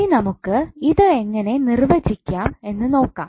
ഇനി നമുക്ക് ഇത് എങ്ങനെ നിർവചിക്കാം എന്ന് നോക്കാം